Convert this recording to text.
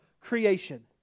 creation